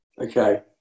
Okay